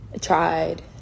tried